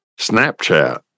Snapchat